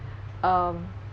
um